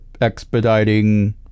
expediting